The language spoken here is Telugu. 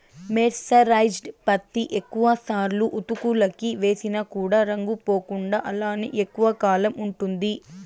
మెర్సరైజ్డ్ పత్తి ఎక్కువ సార్లు ఉతుకులకి వేసిన కూడా రంగు పోకుండా అలానే ఎక్కువ కాలం ఉంటుంది